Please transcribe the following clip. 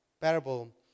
parable